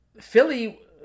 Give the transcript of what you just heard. Philly